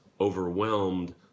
overwhelmed